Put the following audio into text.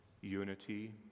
unity